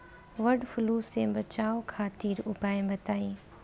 वड फ्लू से बचाव खातिर उपाय बताई?